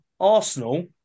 Arsenal